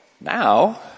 now